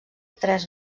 tres